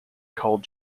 called